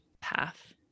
path